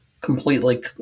completely